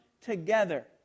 together